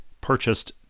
purchased